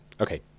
Okay